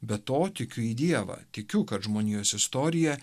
be to tikiu į dievą tikiu kad žmonijos istorija